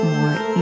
more